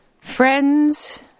Friends